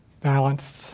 balanced